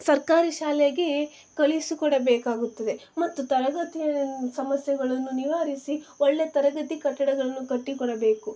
ಸರ್ಕಾರಿ ಶಾಲೆಗೆ ಕಳಿಸಿಸುಕೊಡಬೇಕಾಗುತ್ತದೆ ಮತ್ತು ತರಗತಿಯ ಸಮಸ್ಯೆಗಳನ್ನು ನಿವಾರಿಸಿ ಒಳ್ಳೆಯ ತರಗತಿ ಕಟ್ಟಡಗಳನ್ನು ಕಟ್ಟಿ ಕೊಡಬೇಕು